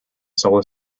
solar